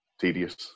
tedious